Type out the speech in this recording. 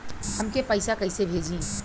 हमके पैसा कइसे भेजी?